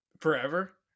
Forever